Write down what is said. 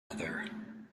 other